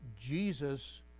Jesus